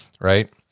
right